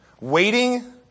Waiting